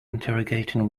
interrogating